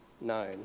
known